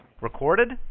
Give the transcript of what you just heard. Recorded